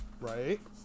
Right